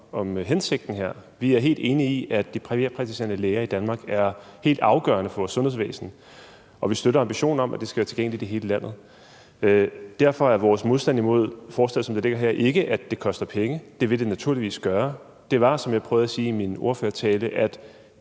om hensigten med det. Vi er helt enige i, at de privatpraktiserende læger i Danmark er helt afgørende for vores sundhedsvæsen, og vi støtter ambitionen om, at de skal være tilgængelige i hele landet. Derfor er vores modstand mod forslaget, som det ligger her, ikke, at det koster penge. Det vil det naturligvis gøre. Det skyldes, som jeg prøvede at sige i min ordførertale, at